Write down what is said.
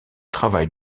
travail